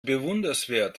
bewundernswert